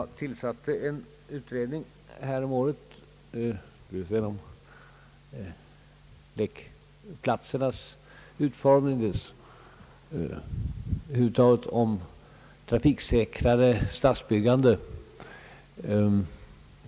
Jag tillsatte häromåret en utredning om lekplatsernas utformning och över huvud taget om trafiksäkrare stadsbyggande.